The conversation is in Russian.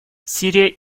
сирия